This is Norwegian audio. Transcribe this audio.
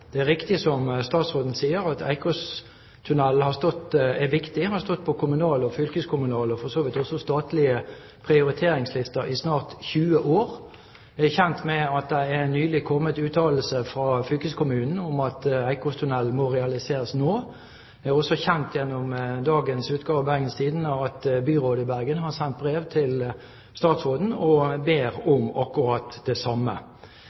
sier, at Eikåstunnelen er viktig. Den har stått på kommunale, fylkeskommunale og for så vidt også på statlige prioriteringslister i snart 20 år. Jeg er kjent med at det nylig har kommet uttalelser fra fylkeskommunen om at Eikåstunnelen må realiseres nå. Det er også kjent gjennom dagens utgave av Bergens Tidende at byrådet i Bergen har sendt brev til statsråden og bedt om akkurat det samme.